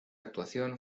actuación